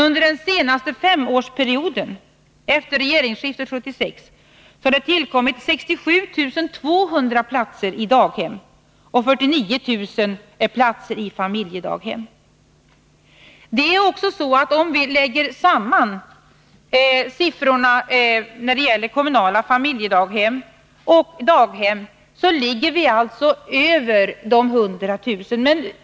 Under den senaste femårsperioden efter regeringsskiftet 1976 har det tillkommit 67 200 platser i daghem och 49 000 platser i familjedaghem. Om vi lägger samman siffrorna för kommunala familjedaghem och daghem, kommer vi alltså över det mål på 100 000 daghemsplatser som har satts upp.